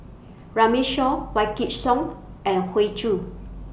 Runme Shaw Whikidd Song and Hoey Choo